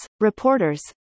reporters